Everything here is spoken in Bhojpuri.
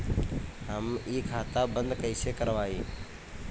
हम इ खाता बंद कइसे करवाई?